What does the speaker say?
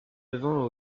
levant